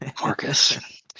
Marcus